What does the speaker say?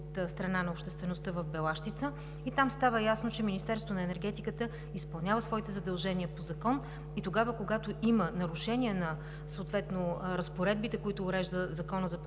от страна на обществеността в Белащица. И там става ясно, че Министерството на енергетиката изпълнява своите задължения по закон и тогава, когато има нарушения на съответно разпоредбите, които уреждат Законът за